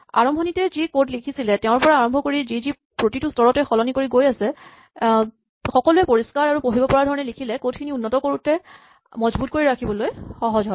আৰম্ভণিতে যি কড খিনি লিখিছিলে তেওঁৰ পৰা আৰম্ভ কৰি যি যি প্ৰতিটো স্তৰতে সলনি কৰি গৈছে সকলোৱে পৰিস্কাৰ আৰু পঢ়িব পৰা ধৰণে লিখিলে কড খিনি উন্নত কৰোঁতে মজবুত কৰি ৰাখিবলৈ সহজ হয়